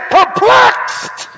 perplexed